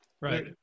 Right